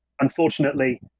unfortunately